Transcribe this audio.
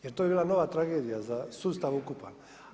Jer to bi bila nova tragedija za sustav ukupan.